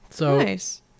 Nice